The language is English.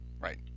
right